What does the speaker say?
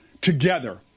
together